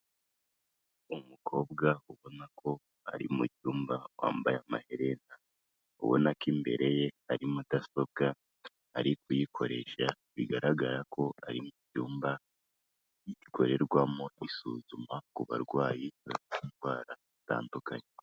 Umukobwa ubona ko ari mu cyumba wambaye amaherena, ubona ko imbere ye hari mudasobwa ari kuyikoresha, bigaragara ko ari mu cyumba gikorerwamo isuzuma ku barwayi bafite indwara zitandukanye.